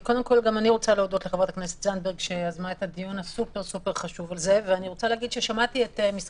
אני מוכרח לומר --- שר המשפטים יתקע את זה בוועדת